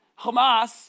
Hamas